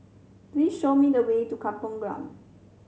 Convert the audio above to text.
please show me the way to Kampung Glam